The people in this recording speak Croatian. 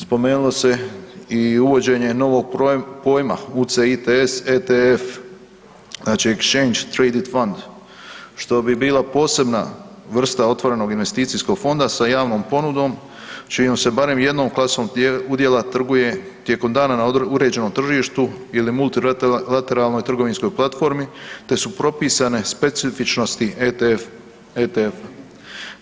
Spomenulo se i uvođenje novog pojma UCITS, ETF Exchange traded fund što bi bila posebna vrsta otvorenog investicijskog fonda sa javnom ponudom čijom se barem jednom klasom udjela trguje tijekom dana na uređenom tržištu ili multilateralnoj trgovinskoj platformi te su propisane specifičnosti ETF-a.